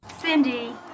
Cindy